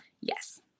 yes